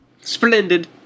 Splendid